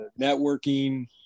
networking